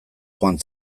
joan